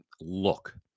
look